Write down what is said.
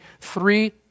Three